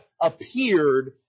appeared